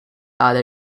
other